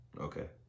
Okay